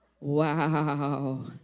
Wow